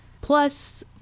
plus